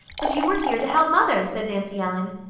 but you were here to help mother, said nancy ellen.